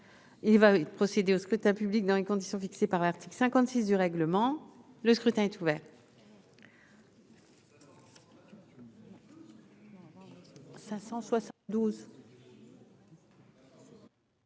Il va être procédé au scrutin dans les conditions fixées par l'article 56 du règlement. Le scrutin est ouvert.